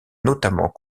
notamment